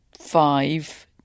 five